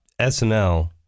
SNL